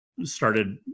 started